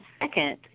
second